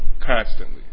constantly